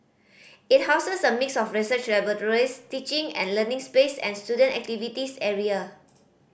it houses a mix of research laboratories teaching and learning space and student activities area